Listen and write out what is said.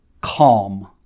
calm